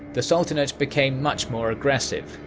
the sultanate became much more aggressive,